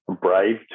brave